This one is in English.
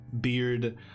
beard